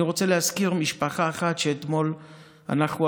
אני רוצה להזכיר משפחה אחת שאתמול אנחנו,